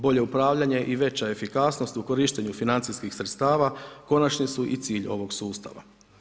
Bolje upravljanje i veća efikasnost u korištenju financijskih sredstava, konačni su i cilj ovog sustava.